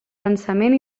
pensament